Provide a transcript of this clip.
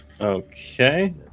Okay